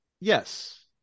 yes